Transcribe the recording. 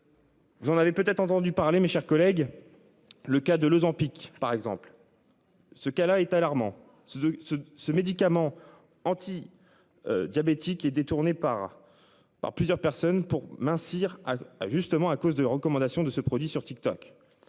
Vous en avez peut-être entendu parler. Mes chers collègues. Le cas de l'Ozempic par exemple. Ce qu'Allah est alarmant, c'est de ce, ce médicament anti-. Diabétique est détourné par. Par plusieurs personnes pour mincir ah a justement à cause de recommandation de ce produit sur TikTok.